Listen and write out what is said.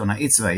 עיתונאי צבאי,